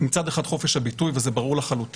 מצד אחד יש את חופש הביטוי וזה ברור לחלוטין,